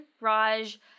Raj